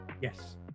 Yes